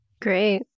Great